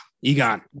Egon